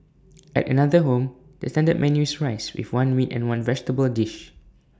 at another home the standard menu is rice with one meat and one vegetable dish